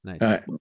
Nice